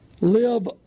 live